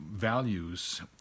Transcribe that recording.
values